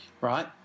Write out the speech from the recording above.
Right